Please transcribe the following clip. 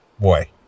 boy